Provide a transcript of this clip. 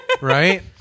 right